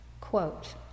Quote